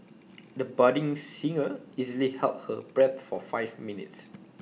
the budding singer easily held her breath for five minutes